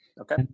Okay